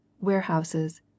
warehouses